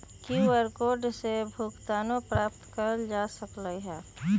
QR code से भुगतानो प्राप्त कएल जा सकल ह